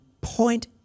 point